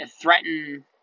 threaten